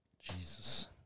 Jesus